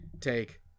take